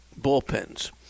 bullpens